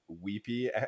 weepy